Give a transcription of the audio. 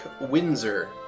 Windsor